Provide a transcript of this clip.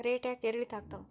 Rate ಯಾಕೆ ಏರಿಳಿತ ಆಗ್ತಾವ?